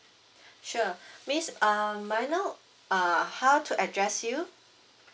sure miss um may I know uh how to address you